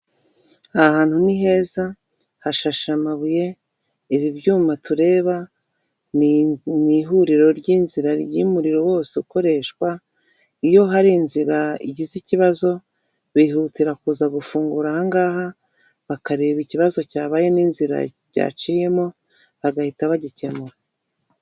Aha hantu ni heza, hashashe amabuye, ibi byuma tureba, ni mu ihuriro ry'inzira ry'umuriro wose ukoreshwa, iyo hari inzira igize ikibazo bihutira kuza gufungura aha ngaha bakareba ikibazo cyabaye n'inzira byaciyemo bagahita bagikemura.